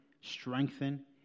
strengthen